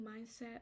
mindset